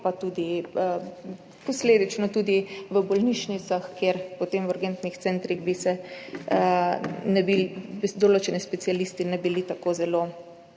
domovih, posledično pa tudi v bolnišnicah, kjer potem v urgentnih centrih določeni specialisti ne bili tako zelo